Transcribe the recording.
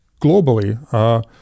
globally